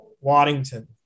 Waddington